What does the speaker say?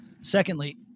Secondly